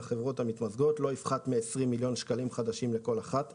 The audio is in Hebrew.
החברות המתמזגות לא יפחת מ-20 מיליון שקלים חדשים לכל אחת (להלן,